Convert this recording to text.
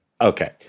Okay